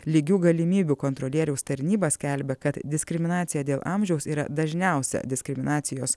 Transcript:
lygių galimybių kontrolieriaus tarnyba skelbia kad diskriminacija dėl amžiaus yra dažniausia diskriminacijos